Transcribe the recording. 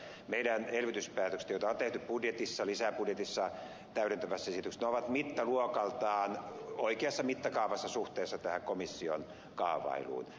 meidän elvytyspäätöksemme joita on tehty budjetissa lisäbudjetissa täydentävässä esityksessä ovat mittaluokaltaan oikeassa mittakaavassa suhteessa tähän komission kaavailuun